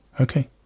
Okay